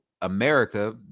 America